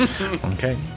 Okay